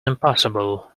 impossible